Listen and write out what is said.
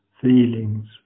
feelings